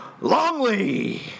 Longley